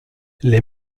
les